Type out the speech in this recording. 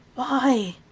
why,